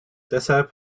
deshalb